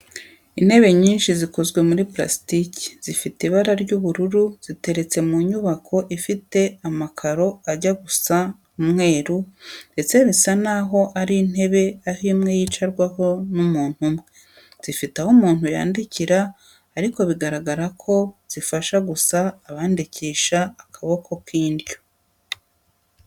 Intebe nyinshi zikozwe muri purasitike, zifite ibara ry'ubururu ziteretse mu nyubako ifite amakaro ajya gusa umweru ndetse bisa n'aho ari intebe aho imwe yicarwaho n'umuntu umwe. Zifite aho umuntu yandikira ariko bikagaragara ko zifasha gusa abandikisha akaboko k'indyo.